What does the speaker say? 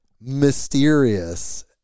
mysterious